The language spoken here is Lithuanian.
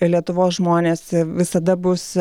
lietuvos žmonės visada bus